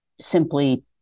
simply